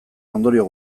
ondorio